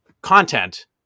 content